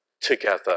together